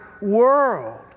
world